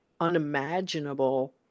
unimaginable